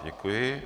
Děkuji.